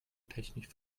technisch